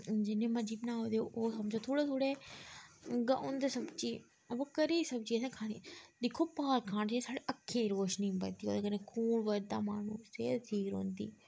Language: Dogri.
जिन्ने मर्जी बनाओ ते ओह् समझो थोह्ड़े थोह्ड़े होंदे सब्जी अवा घरै दी सब्जी असें खानी दिक्खो पालक खाने कन्नै साढ़ी अक्खें दी रोशनी बधदी ओह्दे कन्नै खून बधदा माह्नू सेह्त ठीक रौंह्दी